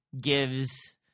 gives